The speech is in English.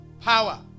power